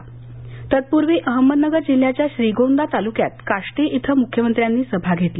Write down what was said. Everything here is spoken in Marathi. महाजानादेश तत्पूर्वी अहमदनगर जिल्ह्याच्या श्रीगोंदा तालुक्यात काष्टी इथं मुख्यमंत्र्यांनी सभा घेतली